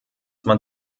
man